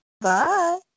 Bye